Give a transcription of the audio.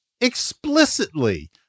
explicitly